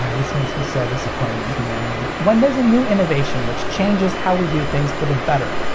this makes me so disappointed in humanity! when there's a new innovation which changes how we do things for the better,